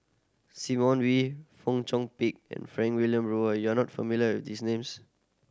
Simon Wee Fong Chong Pik and Frank Wilmin Brewer you are not familiar these names